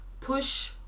push